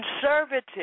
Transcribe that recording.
conservative